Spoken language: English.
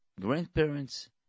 grandparents